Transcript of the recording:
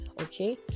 okay